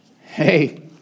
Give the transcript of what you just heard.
Hey